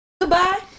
Goodbye